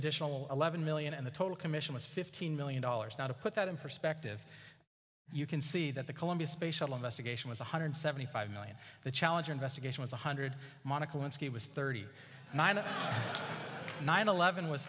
additional eleven million and the total commission was fifteen million dollars now to put that in perspective you can see that the columbia space shuttle investigation was one hundred seventy five million the challenger investigation was one hundred monica lewinsky was thirty nine of nine eleven was